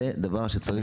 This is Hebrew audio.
וזה דבר שצריך לחזק.